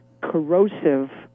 corrosive